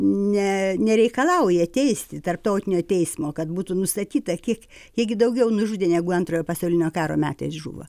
ne nereikalauja teisti tarptautinio teismo kad būtų nustatyta kiek jie gi daugiau nužudė negu antrojo pasaulinio karo metais žuvo